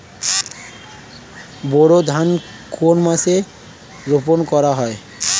বোরো ধান কোন মাসে রোপণ করা হয়?